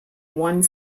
one